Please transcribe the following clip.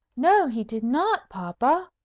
no, he did not, papa,